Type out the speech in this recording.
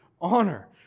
honor